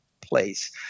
place